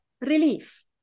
relief